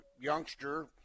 youngster